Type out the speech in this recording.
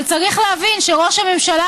אבל צריך להבין שראש הממשלה,